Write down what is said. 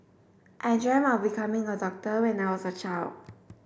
I dreamt of becoming a doctor when I was a child